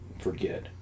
forget